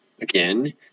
Again